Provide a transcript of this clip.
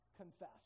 confess